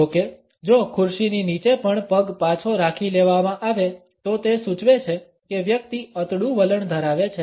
જો કે જો ખુરશીની નીચે પણ પગ પાછો રાખી લેવામાં આવે તો તે સૂચવે છે કે વ્યક્તિ અતડું વલણ ધરાવે છે